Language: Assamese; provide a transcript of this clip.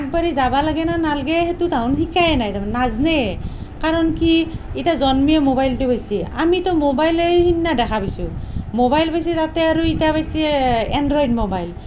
আগবাঢ়ি যাবা লাগে না নালগে সেইটো তাহুন শিকায়েই নাই তাৰমানে নাজনে কাৰণ কি এতিয়া জন্মিয়ে ম'বাইলটো পাইছে আমিটো ম'বাইলে সিদিনা দেখা পাইছোঁ ম'বাইল পাইছে তাতে আৰু ইতিয়া পাইছে এণ্ড্ৰইড ম'বাইল